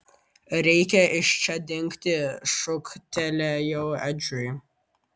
reikia iš čia dingti šūktelėjau edžiui